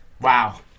wow